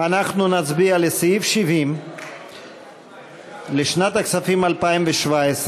אנחנו נצביע על סעיף 70 לשנת הכספים 2017,